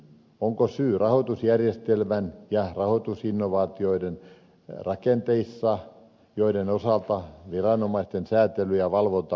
onko syy rahoitusjärjestelmän ja rahoitusinnovaatioiden rakenteissa joiden osalta viranomaisten säätely ja valvonta pettivät